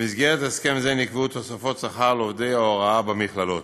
במסגרת הסכם זה נקבעו תוספות שכר לעובדי ההוראה במכללות.